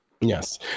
yes